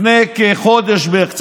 לפני כחודש בערך,